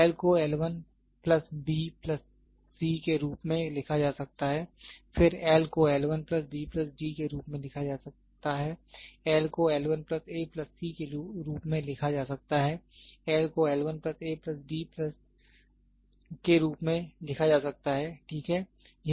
L को L 1 plus b plus c के रूप में लिखा जा सकता है फिर L को L 1 plus b plus d के रूप में लिखा जा सकता है L को L 1 plus a plus c के रूप में लिखा जा सकता है L को L 1 plus a plus d के रूप में लिखा जा सकता है ठीक है